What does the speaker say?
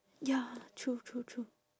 ya true true true